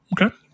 Okay